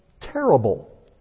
terrible